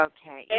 Okay